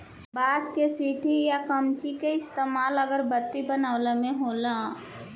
बांस के सठी आ किमची के इस्तमाल अगरबत्ती बनावे मे होला